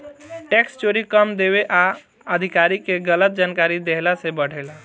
tax चोरी कम देवे आ अधिकारी के गलत जानकारी देहला से बढ़ेला